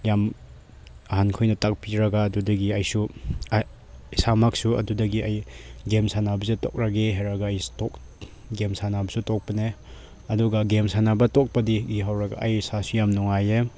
ꯌꯥꯝ ꯑꯍꯟꯈꯣꯏꯅ ꯇꯥꯛꯄꯤꯔꯒ ꯑꯗꯨꯗꯒꯤ ꯑꯩꯁꯨ ꯏꯁꯥꯃꯛꯁꯨ ꯑꯗꯨꯗꯒꯤ ꯑꯩ ꯒꯦꯝ ꯁꯥꯟꯅꯕꯁꯦ ꯇꯣꯛꯂꯒꯦ ꯍꯥꯏꯔꯒ ꯑꯩꯁꯦ ꯒꯦꯝ ꯁꯥꯟꯅꯕꯁꯨ ꯇꯣꯛꯄꯅꯦ ꯑꯗꯨꯒ ꯒꯦꯝ ꯁꯥꯟꯅꯕ ꯇꯣꯛꯄꯗꯒꯤ ꯍꯧꯔꯒ ꯑꯩ ꯏꯁꯥꯁꯨ ꯌꯥꯝ ꯅꯨꯡꯉꯥꯏꯌꯦ